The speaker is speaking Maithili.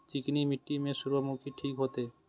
चिकनी मिट्टी में सूर्यमुखी ठीक होते?